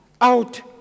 out